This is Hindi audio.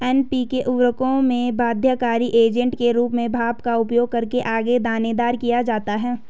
एन.पी.के उर्वरकों में बाध्यकारी एजेंट के रूप में भाप का उपयोग करके आगे दानेदार किया जाता है